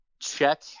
check